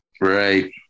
Right